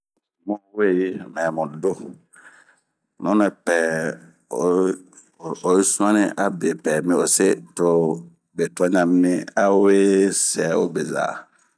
muweyi mɛmudo nunɛpɛɛ oyi suani abe mi ose too be tuan ɲan mi awe sɛɛo bezaa.